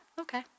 okay